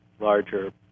larger